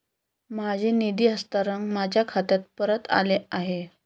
माझे निधी हस्तांतरण माझ्या खात्यात परत आले आहे